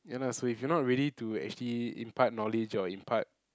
ya lah so you if you are not ready to actually impart knowledge or impart